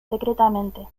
secretamente